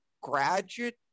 graduate